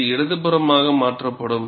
இது இடதுபுறமாக மாற்றப்படும்